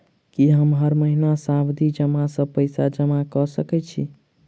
की हम हर महीना सावधि जमा सँ पैसा जमा करऽ सकलिये?